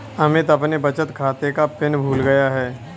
अमित अपने बचत खाते का पिन भूल गया है